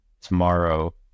Tomorrow